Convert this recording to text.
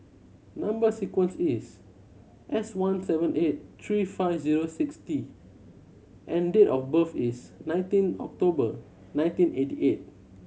number sequence is S one seven eight three five zero six T and date of birth is nineteen October nineteen eighty eight